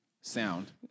sound